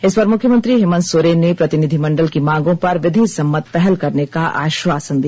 इस पर मुख्यमंत्री हेमंत सोरेन ने प्रतिनिधिमंडल की मांगों पर विधिसम्मत पहल करने का आश्वासन दिया